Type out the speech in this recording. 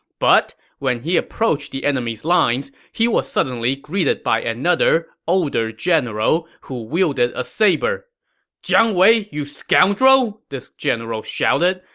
but when he approached the enemy's lines, he was suddenly greeted by another, older general who wielded a saber jiang wei you scoundrel! this general shouted.